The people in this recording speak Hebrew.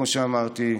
כמו שאמרתי,